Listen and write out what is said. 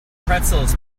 pretzels